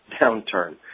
Downturn